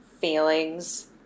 feelings